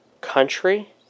country